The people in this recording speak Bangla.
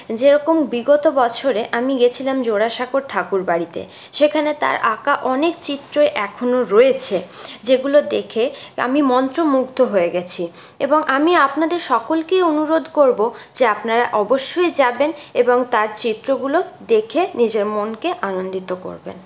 যেরকম বিগত বছরে আমি গিয়েছিলাম জোড়াসাঁকোর ঠাকুরবাড়িতে সেখানে তার আঁকা অনেক চিত্রই এখনও রয়েছে যেগুলো দেখে আমি মন্ত্রমুগ্ধ হয়ে গিয়েছি এবং আমি আপনাদের সকলকেই অনুরোধ করব যে আপনারা অবশ্যই যাবেন এবং তার চিত্রগুলো দেখে নিজের মনকে আনন্দিত করবেন